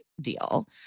deal